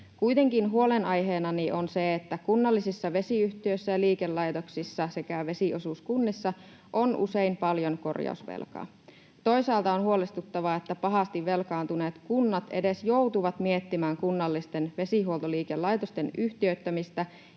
Kuitenkin huolenaiheenani on, että kunnallisissa vesiyhtiöissä ja liikelaitoksissa sekä vesiosuuskunnissa on usein paljon korjausvelkaa. Toisaalta on huolestuttavaa, että pahasti velkaantuneet kunnat edes joutuvat miettimään kunnallisten vesihuoltoliikelaitosten yh- tiöittämistä